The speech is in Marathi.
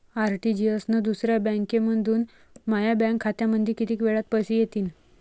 आर.टी.जी.एस न दुसऱ्या बँकेमंधून माया बँक खात्यामंधी कितीक वेळातं पैसे येतीनं?